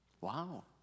Wow